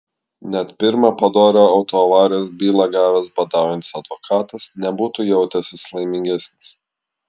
net pirmą padorią autoavarijos bylą gavęs badaujantis advokatas nebūtų jautęsis laimingesnis